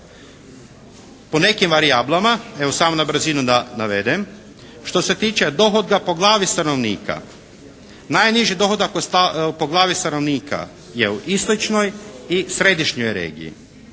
po nekim varijablama evo samo na brzinu da navedem. Što se tiče dohotka po glavi stanovnika najniži dohodak po glavi stanovnika je u istočnoj i središnjoj regiji.